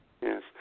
Yes